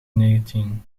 negentien